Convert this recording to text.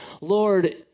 Lord